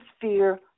fear